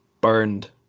burned